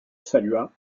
salua